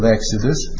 Exodus